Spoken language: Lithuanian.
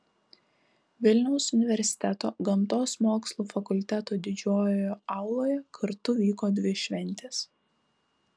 vilniaus universiteto gamtos mokslų fakulteto didžiojoje auloje kartu vyko dvi šventės